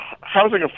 housing